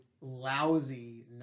lousy